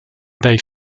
they